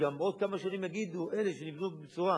כי גם בעוד כמה שנים יגידו: אלה שנבנו בצורה